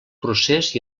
procés